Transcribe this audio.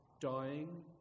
Dying